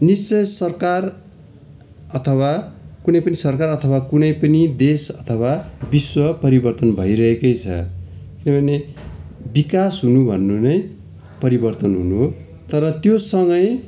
निश्चय सरकार अथवा कुनै पनि सरकार अथवा कुनै पनि देश अथवा विश्व परिवर्तन भइरहेकै छ किनभने विकास हुनुभन्नु नै परिवर्तन हुनु हो तर त्यो सँगै